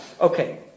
Okay